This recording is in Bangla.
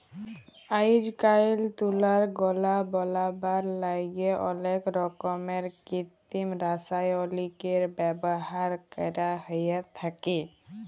আইজকাইল তুলার গলা বলাবার ল্যাইগে অলেক রকমের কিত্তিম রাসায়লিকের ব্যাভার ক্যরা হ্যঁয়ে থ্যাকে